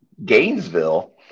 Gainesville